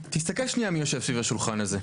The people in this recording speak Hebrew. תסתכל שנייה מי יושב סביב השולחן הזה,